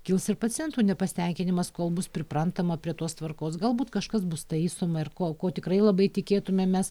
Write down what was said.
kils ir pacientų nepasitenkinimas kol bus priprantama prie tos tvarkos galbūt kažkas bus taisoma ir ko ko tikrai labai tikėtumėmės